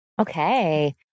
Okay